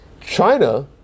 China